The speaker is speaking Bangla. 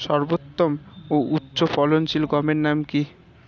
সর্বোত্তম ও উচ্চ ফলনশীল গমের নাম কি?